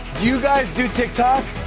do you guys do tik tok?